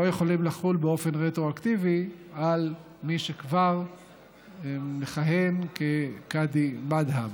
לא יכולות לחול באופן רטרואקטיבי על מי שכבר מכהן כקאדי מד'הב.